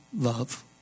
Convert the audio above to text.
love